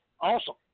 awesome